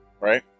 Right